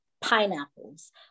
pineapples